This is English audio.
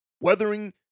weathering